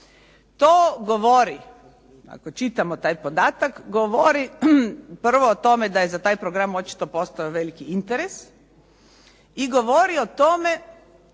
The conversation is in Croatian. To govori ako čitamo taj podatak, govori prvo o tome da je za taj program postojao očito veliki interes i govori o tome